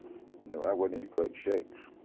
you know, i wasn't in great shakes,